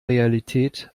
realität